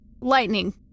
Lightning